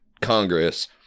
Congress